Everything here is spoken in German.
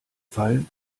fall